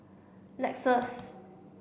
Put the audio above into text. Lexus